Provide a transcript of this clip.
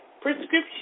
prescription